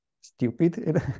stupid